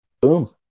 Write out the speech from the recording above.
boom